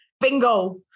bingo